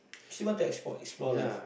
she want to export explore life